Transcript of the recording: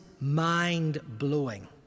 mind-blowing